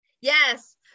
Yes